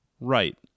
right